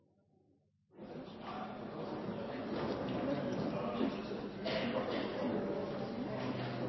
president